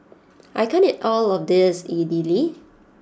I can't eat all of this Idili